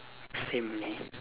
same leh